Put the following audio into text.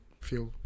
feel